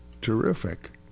Terrific